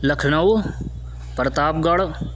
Lucknow Pratap Garh